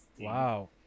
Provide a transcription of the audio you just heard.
Wow